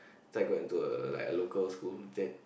that time I got into a like a local school instead